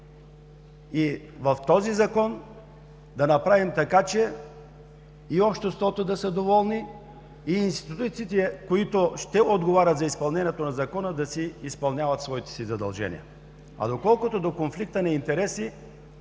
и в този Закон да направим така, че и обществото да е доволно, и институциите, които ще отговарят за изпълнението на Закона, да си изпълняват задълженията. А доколкото до конфликта на интереси,